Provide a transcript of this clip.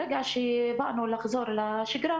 ברגע שבאנו לחזור לשגרה